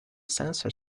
sensor